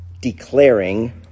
declaring